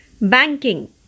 Banking